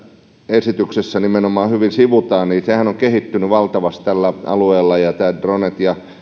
esityksessä hyvin sivutaan on kehittynyt valtavasti tällä alueella nämä dronet ja